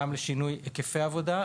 גם לשינוי בהיקפי העבודה,